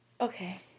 Okay